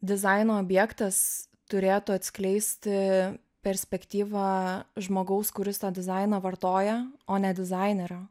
dizaino objektas turėtų atskleisti perspektyvą žmogaus kuris tą dizainą vartoja o ne dizainerio